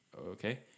okay